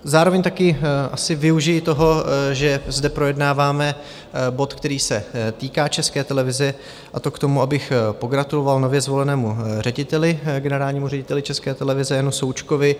Zároveň také asi využiji toho, že zde projednáváme bod, který se týká České televize, a to k tomu, abych pogratuloval nově zvolenému řediteli, generálnímu řediteli České televize Janu Součkovi.